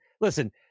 listen